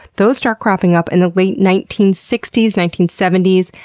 those start cropping up in the late nineteen sixty s, nineteen seventy s.